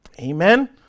amen